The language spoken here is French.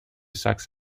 saxe